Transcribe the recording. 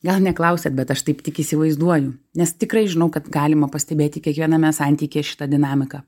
gal neklausiat bet aš taip tik įsivaizduoju nes tikrai žinau kad galima pastebėti kiekviename santykyje šitą dinamiką